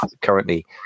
currently